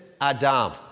Adam